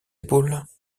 épaules